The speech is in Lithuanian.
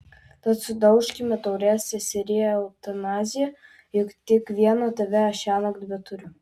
tad sudaužkime taures seserie eutanazija juk tik vieną tave aš šiąnakt beturiu